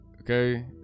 okay